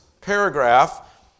paragraph